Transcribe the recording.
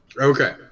Okay